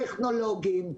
טכנולוגיים,